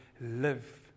live